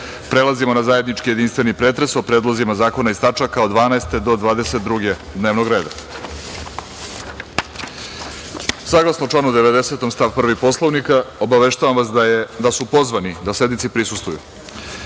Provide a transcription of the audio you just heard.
na zajednički jedinstveni pretres o predlozima zakona iz tačaka od 12. do 22. dnevnog reda. Saglasno članu 90. stav 1. Poslovnika, obaveštavam vas da su pozvani da sednici prisustvuju: